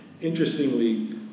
Interestingly